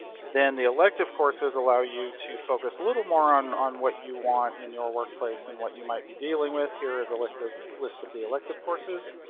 then the elective courses allow you to focus a little more on on what you want in your workplace and what you might be dealing with. here is a list of the elective courses.